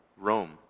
Rome